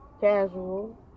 Casual